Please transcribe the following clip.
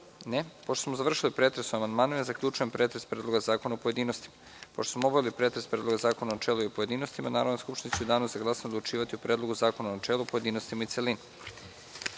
(Ne.)Pošto smo završili pretres o amandmanima, zaključujem pretres Predloga zakona u pojedinostima. Pošto smo obavili pretres Predloga zakona u načelu i u pojedinostima, Narodna skupština će u danu za glasanje odlučivati o Predlogu zakona u načelu, pojedinostima i u